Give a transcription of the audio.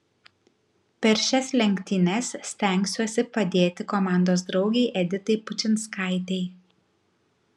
per šias lenktynes stengsiuosi padėti komandos draugei editai pučinskaitei